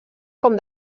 com